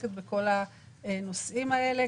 שעוסקת בנושאים הללו.